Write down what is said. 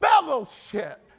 fellowship